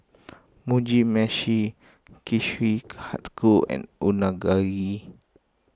Mugi Meshi Kushikatsu and Unagi